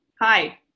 Hi